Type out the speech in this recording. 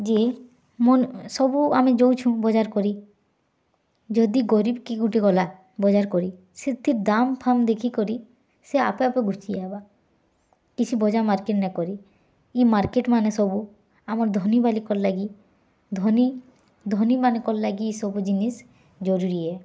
ମୋର ସବୁ ଯାଉଛୁଁ ବଜାର୍ କରି ଯଦି ଗରୀବ୍ କିଏ ଗୁଟେ ଗଲା ବଜାର୍ କରି ସେତି ଦାମ୍ଫାମ୍ ଦେଖି କରି ସେ ଆପେ ଆପେ ଘୁଚି ଆଇବା କିଛି ବଜାର୍ ମାର୍କେଟ୍ ନାଇଁ କରି ଇ ମାର୍କେଟ୍ମାନେ ସବୁ ଧନୀ ବାଲିକର୍ ଲାଗି ଧନୀ ଧନୀମାନକର୍ଲାଗି ଇ ସବୁ ଜିନିଷ୍ ଜରୁରୀ ଏ